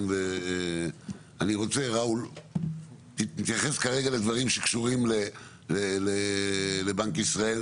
אני רוצה להתייחס כרגע לדברים שקשורים לבנק ישראל,